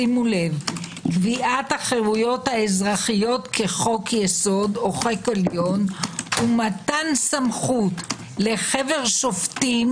שימו לב - קביעת החירויות האזרחיות כחוק יסוד ומתן סמכות לחבר שופטים